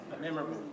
memorable